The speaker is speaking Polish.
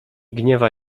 gniewa